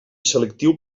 selectiu